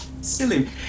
silly